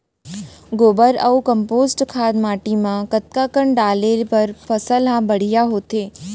गोबर अऊ कम्पोस्ट खाद माटी म कतका कन डाले बर फसल ह बढ़िया होथे?